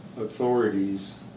authorities